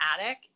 attic